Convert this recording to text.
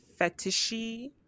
fetishy